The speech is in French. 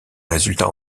résultats